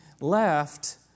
left